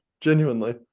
Genuinely